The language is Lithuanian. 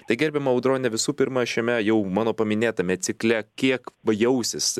tai gerbiama audrone visų pirma šiame jau mano paminėtame cikle kiek jausis